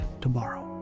tomorrow